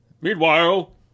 Meanwhile